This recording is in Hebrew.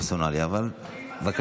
לא טענתי שהוא לא מונה כדין.